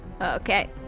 Okay